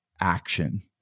action